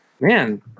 man